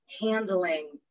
handling